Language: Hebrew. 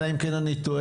אלא אם כן אני טועה.